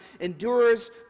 endures